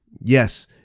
yes